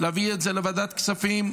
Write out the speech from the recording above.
להביא את זה לוועדת כספים,